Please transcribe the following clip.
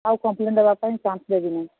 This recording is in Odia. ଆଉ କମ୍ପ୍ଲେନ୍ ଦେବା ପାଇଁ ଚାନ୍ସ ଦେବିନି